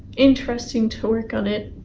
interesting to work on it,